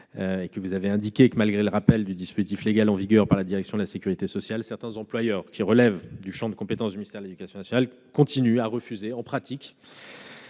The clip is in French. Comme vous l'avez mentionné, malgré le rappel du dispositif légal en vigueur par la direction de la sécurité sociale, certains employeurs relevant du champ de compétences du ministère de l'éducation nationale continuent de refuser, en pratique,